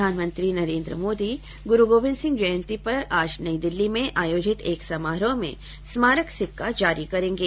प्रधानमंत्री नरेन्द्र मोदी गुरु गोविन्द सिंह जयंती पर आज नई दिल्ली में आयोजित एक समारोह में स्मारक सिक्का जारी करेंगे